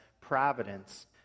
providence